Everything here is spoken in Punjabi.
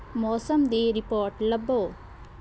ਮੌਸਮ ਦੀ ਰਿਪੋਰਟ ਲੱਭੋ